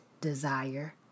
desire